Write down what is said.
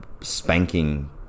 spanking